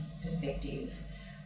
perspective